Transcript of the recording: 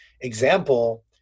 example